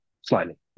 Slightly